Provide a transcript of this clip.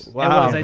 wow. like